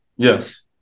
Yes